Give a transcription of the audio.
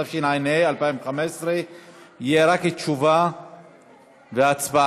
התשע"ה 2015. יהיו רק תשובה והצבעה.